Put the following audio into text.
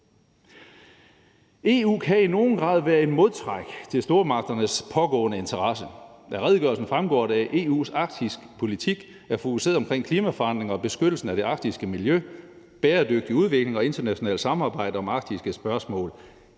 EU kan i nogen grad være et modtræk til stormagternes pågående interesser. Af redegørelsen fremgår det, at EU' Arktispolitik er fokuseret omkring klimaforandringer og beskyttelsen af det arktiske miljø, bæredygtig udvikling og internationalt samarbejde om arktiske spørgsmål.